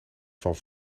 van